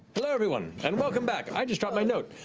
hello everyone, and welcome back! i just dropped my note.